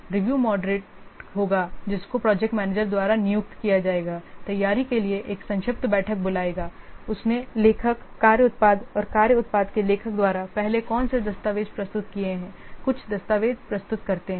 review moderate होगा जिसको project manager द्वारा नियुक्त किया जाएगा तैयारी के लिए एक संक्षिप्त बैठक बुलाएगा उसने लेखक कार्य उत्पाद या कार्य उत्पाद के लेखक द्वारा पहले कौन से दस्तावेज प्रस्तुत किए हैं कुछ दस्तावेज प्रस्तुत करते हैं